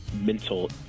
mental